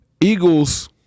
Eagles